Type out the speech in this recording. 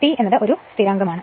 എന്നാൽ T ഇത് ഒരു സ്ഥിരാങ്കമാണ്